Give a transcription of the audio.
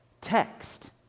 text